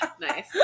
nice